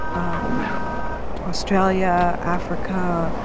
um ah australia, africa,